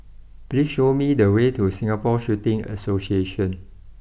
please show me the way to Singapore Shooting Association